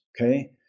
okay